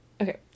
okay